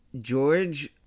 George